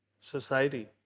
society